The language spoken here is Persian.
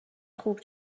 خوب